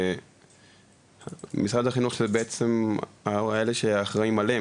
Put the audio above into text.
אלה שאחראיים עליהם,